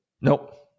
Nope